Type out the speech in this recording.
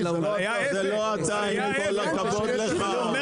זה לא אתה עם כל הכבוד לך -- הוא אומר